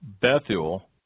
Bethuel